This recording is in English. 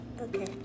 Okay